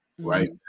right